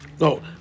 No